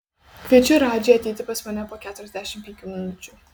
kviečiu radžį ateiti pas mane po keturiasdešimt penkių minučių